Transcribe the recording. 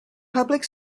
public